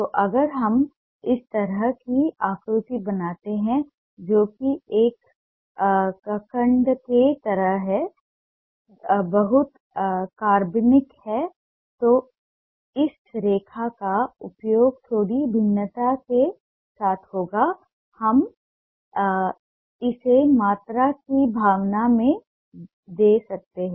तो अगर हम इस तरह की आकृति बनाते हैं जो कि एक कंकड़ की तरह है बहुत कार्बनिक है तो इस रेखा का उपयोग थोड़ी भिन्नता के साथ होगा हम इसे मात्रा की भावना दे सकते हैं